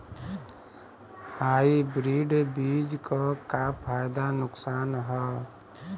Hybrid बीज क का फायदा नुकसान ह?